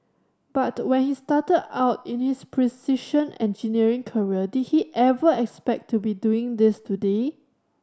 but when he started out in his precision engineering career did he ever expect to be doing this today